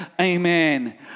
amen